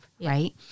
right